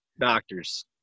doctors